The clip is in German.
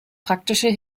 praktische